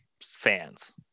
fans